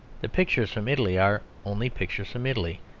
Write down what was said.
the pictures from italy are only pictures from italy,